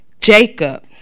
Jacob